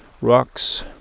rocks